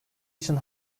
için